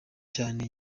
cyane